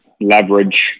leverage